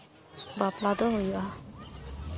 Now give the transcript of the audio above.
ᱵᱟᱯᱞᱟ ᱫᱚ ᱦᱩᱭᱩᱜᱼᱟ